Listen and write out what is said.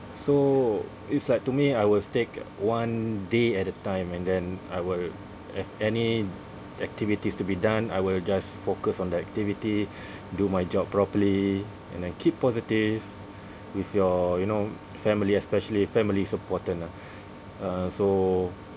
so it's like to me I will take one day at a time and then I will if any activities to be done I will just focus on the activity do my job properly and I keep positive with your you know family especially family is important lah uh so